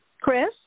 Chris